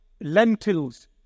lentils